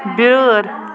بیٛٲر